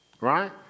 Right